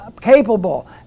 capable